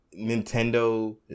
Nintendo